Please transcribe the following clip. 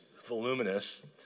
voluminous